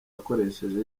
yakoresheje